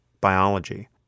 biology